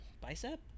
bicep